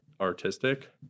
artistic